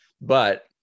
but-